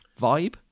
vibe